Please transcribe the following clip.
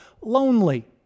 lonely